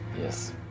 Yes